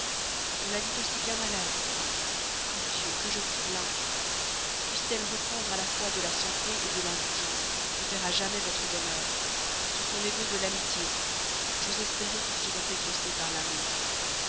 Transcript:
on la dit aussi bien malade mon dieu que je vous plains puisse-t-elle reprendre à la fois de la santé de l'indulgence faire à jamais votre bonheur ce sont les vœux de l'amitié j'ose espérer qu'ils seront exaucés par l'amour